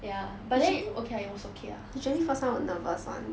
ya but then okay lah it was okay lah